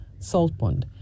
Saltpond